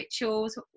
rituals